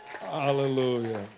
Hallelujah